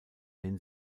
den